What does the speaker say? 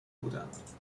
بودند